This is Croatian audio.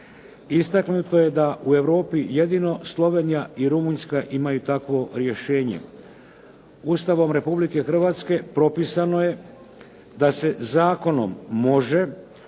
istaknuto je da u Europi jedino Slovenija i Rumunjska imaju takvo rješenje. Ustavom Republike Hrvatske propisano je da se zakonom može